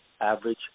average